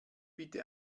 bitte